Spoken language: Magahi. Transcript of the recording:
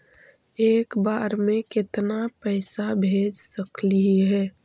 एक बार मे केतना पैसा भेज सकली हे?